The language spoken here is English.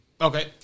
Okay